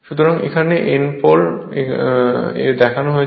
সুতরাং এখানে N pole এখানে দেখানো হয়েছে